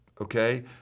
Okay